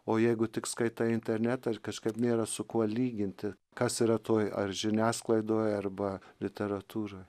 o jeigu tik skaitai internetą ir kažkaip nėra su kuo lyginti kas yra toj ar žiniasklaidoj arba literatūroj